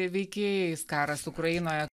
veikėjais karas ukrainoje